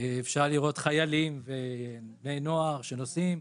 אפשר לראות חיילים ובני נוער שנוסעים,